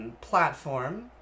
platform